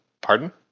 pardon